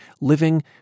Living